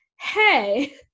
hey